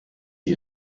sie